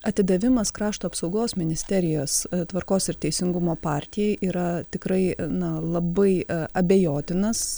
atidavimas krašto apsaugos ministerijos tvarkos ir teisingumo partijai yra tikrai na labai abejotinas